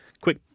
quick